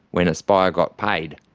when aspire got paid.